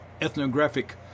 ethnographic